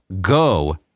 go